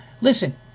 listen